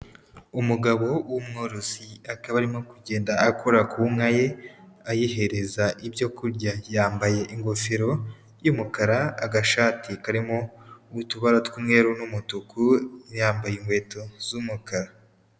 Umugabo w'umworozi akaba arimo kugenda akora ku nka ye ayihereza ibyo kurya, yambaye ingofero y'umukara, agashati karimo utubara tw'umweru n'umutuku, yambaye inkweto z'umukara.